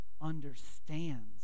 understands